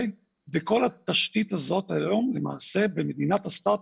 וכל התשתית הזאת היום למעשה במדינת ה- startup